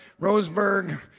Roseburg